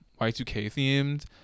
Y2K-themed